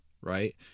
right